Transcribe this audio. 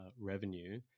revenue